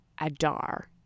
Adar